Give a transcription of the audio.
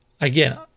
again